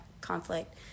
conflict